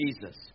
jesus